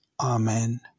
Amen